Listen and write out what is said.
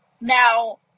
Now